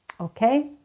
Okay